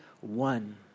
one